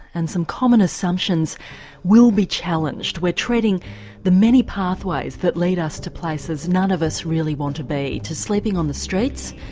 and some common assumptions will be challenged. we're treading the many pathways that lead us to places none of us really want to be to sleeping on the streets,